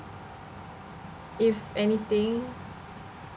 if anything